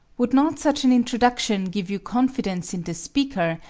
would not such an introduction give you confidence in the speaker,